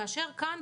כאן,